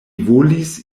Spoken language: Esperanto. volis